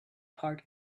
part